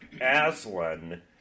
Aslan